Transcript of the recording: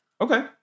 Okay